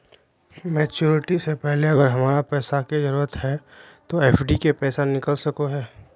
Maturity से पहले अगर हमरा पैसा के जरूरत है तो एफडी के पैसा निकल सको है?